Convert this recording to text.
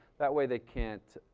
that way they can't,